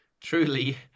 truly